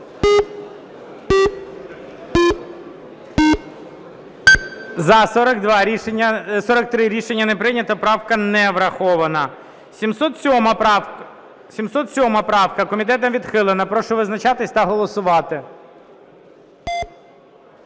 За-43 Рішення не прийнято, правка не врахована. 707 правка. Комітетом відхилена. Прошу визначатися та голосувати.